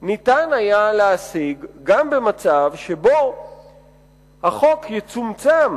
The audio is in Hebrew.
ניתן היה להשיג גם במצב שבו החוק יצומצם